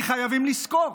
כי חייבים לזכור,